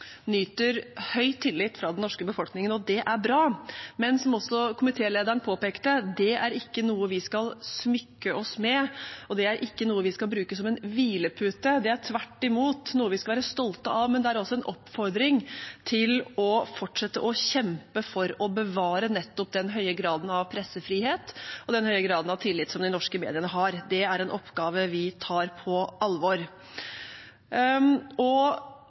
nyter høy tillit fra den norske befolkningen, og det er bra. Men som også komitélederen påpekte, er ikke det noe vi skal smykke oss med. Det er ikke noe vi skal bruke som en hvilepute, det er tvert imot noe vi skal være stolte av. Men det er altså en oppfordring til å fortsette å kjempe for å bevare nettopp den høye graden av pressefrihet og den høye graden av tillit som de norske mediene har. Det er en oppgave vi tar på alvor.